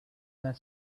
their